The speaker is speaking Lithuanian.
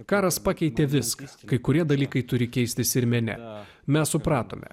karas pakeitė viskas kai kurie dalykai turi keistis ir mene mes supratome